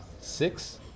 Six